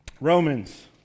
Romans